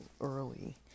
early